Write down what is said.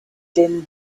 din